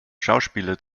schauspieler